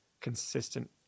consistent